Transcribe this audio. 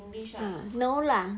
no lah